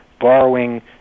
borrowing